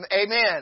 Amen